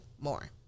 more